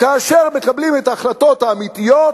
כאשר מקבלים את ההחלטות האמיתיות,